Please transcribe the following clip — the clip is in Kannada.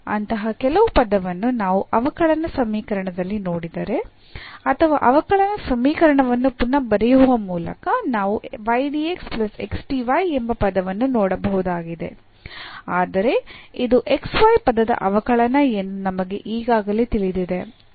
ಅಂತಹ ಕೆಲವು ಪದವನ್ನು ನಾವು ಅವಕಲನ ಸಮೀಕರಣದಲ್ಲಿ ನೋಡಿದರೆ ಅಥವಾ ಅವಕಲನ ಸಮೀಕರಣವನ್ನು ಪುನಃ ಬರೆಯುವ ಮೂಲಕ ನಾವು ಎಂಬ ಪದವನ್ನು ನೋಡಬಹುದಾದರೆ ಆಗ ಇದು ಪದದ ಅವಕಲನ ಎಂದು ನಮಗೆ ಈಗಾಗಲೇ ತಿಳಿದಿದೆ